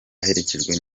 aherekejwe